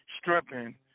stripping